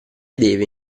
deve